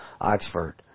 Oxford